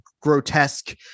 grotesque